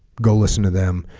go listen to them